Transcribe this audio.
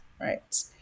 Right